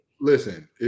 Listen